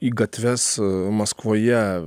į gatves maskvoje